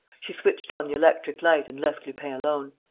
she switched on the electric light and left lupin alone.